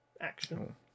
action